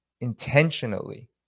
intentionally